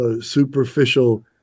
superficial